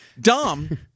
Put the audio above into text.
Dom